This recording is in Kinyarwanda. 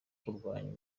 kurwanya